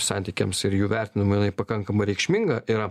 santykiams ir jų vertinimui jinai pakankamai reikšminga yra